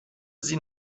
sie